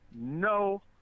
no